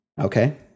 Okay